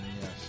yes